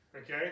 Okay